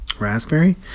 raspberry